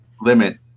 limit